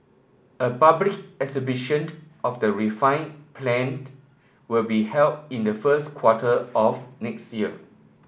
a public exhibition of the refined planed will be held in the first quarter of next year